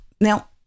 now